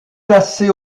classée